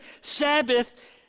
Sabbath